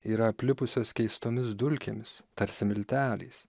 yra aplipusios keistomis dulkėmis tarsi milteliais